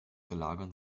verlagern